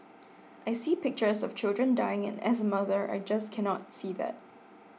I see pictures of children dying and as a mother I just cannot see that